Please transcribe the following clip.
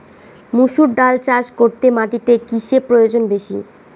মুসুর ডাল চাষ করতে মাটিতে কিসে প্রয়োজন বেশী?